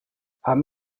haben